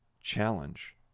challenge